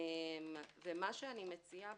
מה שאני מציעה,